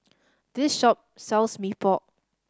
this shop sells Mee Pok